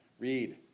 Read